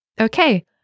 Okay